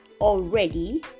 already